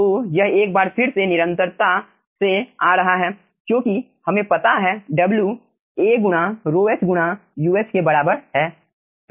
तो यह एक बार फिर से निरंतरता से आ रहा है क्योंकि हमें पता है W A गुणा ρh गुणा Uh के बराबर है